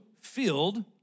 filled